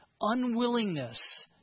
unwillingness